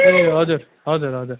ए हजुर हजुर हजुर